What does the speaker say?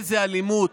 איזה אלימות.